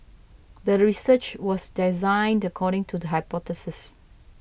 the research was designed according to the hypothesis